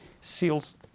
seals